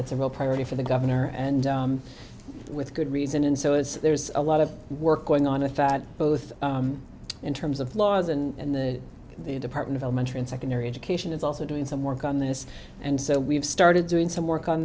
that's a real priority for the governor and with good reason and so it's there's a lot of work going on a fat both in terms of laws and the department of elementary and secondary education is also doing some work on this and so we've started doing some work on